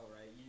right